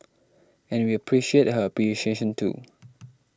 and we appreciate her appreciation too